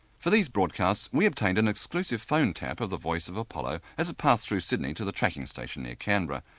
for these broadcasts we obtained an exclusive phone tap of the voice of apollo as it passed through sydney to the tracking station near canberra.